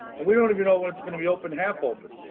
and we don't even know what's going to be open half open